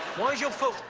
why is your foot?